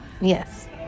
Yes